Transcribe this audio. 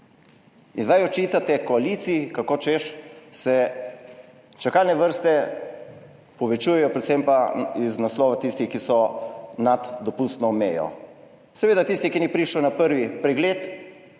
In zdaj očitate koaliciji, kako češ se čakalne vrste povečujejo, predvsem pa iz naslova tistih, ki so nad dopustno mejo. Seveda tisti, ki ni prišel na prvi pregled,